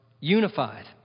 unified